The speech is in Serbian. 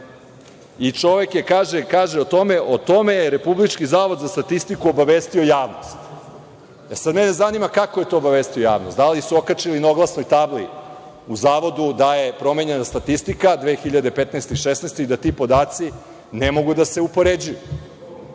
Čovek kaže, o tome je Republički zavod za statistiku obavestio javnost. Mene zanima kako je to obavestio javnost? Da li su okačili na oglasnoj tabli u Zavodu da je promenjena statistika 2015. i 2016. i da ti podaci ne mogu da se upoređuju?